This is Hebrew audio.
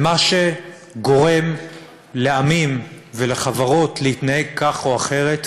ומה שגורם לעמים ולחברות להתנהג כך או אחרת